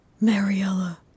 Mariella